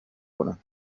کنن